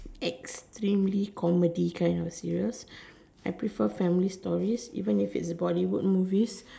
extremely comedy kind of series I prefer family stories even if it is Bollywood stories